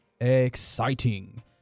exciting